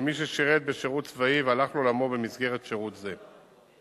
למי ששירת בשירות צבאי והלך לעולמו במסגרת שירות זה.